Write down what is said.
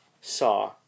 saw